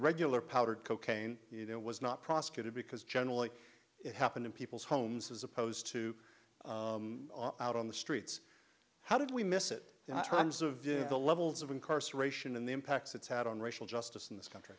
regular powdered cocaine you know was not prosecuted because generally it happened in people's homes as opposed to out on the streets how did we miss it terms of the levels of incarceration and the impact it's had on racial justice in this country